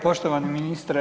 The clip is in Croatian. Poštovani ministre.